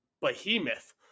behemoth